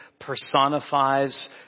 personifies